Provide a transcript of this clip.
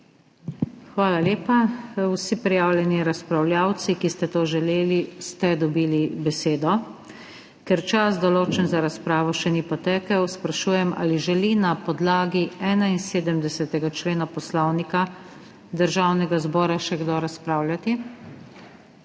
Hvala lepa. Vsi prijavljeni, razpravljavci, ki ste to želeli ste dobili besedo. Ker čas določen za razpravo še ni potekel, sprašujem ali želi na podlagi 71. člena Poslovnika Državnega zbora še kdo razpravljati?